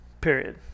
period